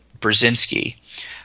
Brzezinski